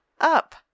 up